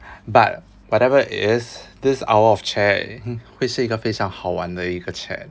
but whatever it is this hour of chat 会是一个非常好玩的一个 chat